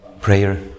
prayer